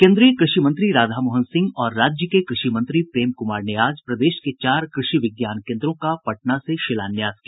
केन्द्रीय कृषि मंत्री राधामोहन सिंह और राज्य के कृषि मंत्री प्रेम कुमार ने आज प्रदेश के चार कृषि विज्ञान केन्द्रों का पटना से शिलान्यास किया